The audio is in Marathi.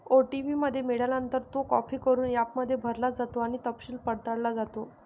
ओ.टी.पी मिळाल्यानंतर, तो कॉपी करून ॲपमध्ये भरला जातो आणि तपशील पडताळला जातो